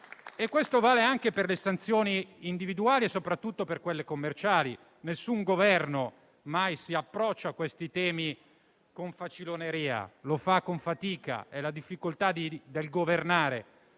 Questo vale anche per le sanzioni individuali e soprattutto per quelle commerciali. Nessun Governo si approccia mai a questi temi con faciloneria lo fa con fatica, e rientra nella difficoltà di governare.